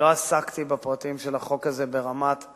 לא עסקתי בפרטים של החוק הזה ברמה של